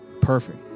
Perfect